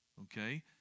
okay